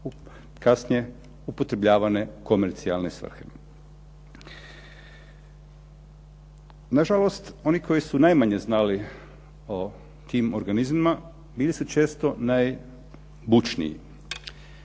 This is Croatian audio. kasnije upotrebljavane u komercijalne svrhe. Nažalost, oni koji su najmanje znali o tim organizmima bili su često najbučniji.